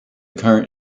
current